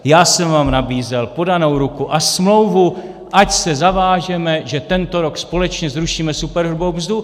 Já jsem vám nabízel podanou ruku a smlouvu, ať se zavážeme, že tento rok společně zrušíme superhrubou mzdu.